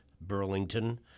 Burlington